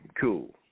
cool